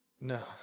No